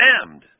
damned